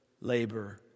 labor